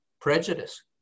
prejudice